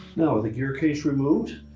now, the gearcase removed,